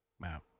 Wow